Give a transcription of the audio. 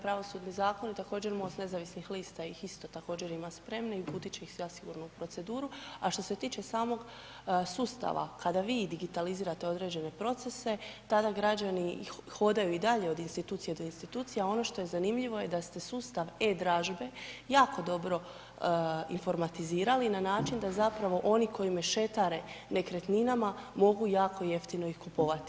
pravosudni zakon i također MOST nezavisnih lista ih isto također ima spreme i uputit će ih zasigurno u proceduru, a što se tiče samog sustava kada vi i digitalizirate određene procese tada građani hodaju i dalje od institucije do institucije, a ono što je zanimljivo je da ste sustav e-dražbe jako dobro informatizirali na način da zapravo oni koji mešetare nekretninama mogu jako jeftino ih kupovati.